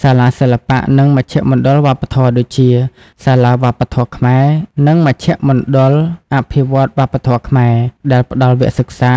សាលាសិល្បៈ និងមជ្ឈមណ្ឌលវប្បធម៌ ដូចជា សាលាវប្បធម៌ខ្មែរ និងមជ្ឈមណ្ឌលអភិវឌ្ឍវប្បធម៌ខ្មែរ ដែលផ្តល់វគ្គសិក្សា